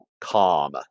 calm